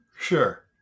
sure